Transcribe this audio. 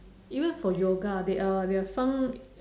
even for yoga they are there are some